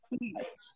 Yes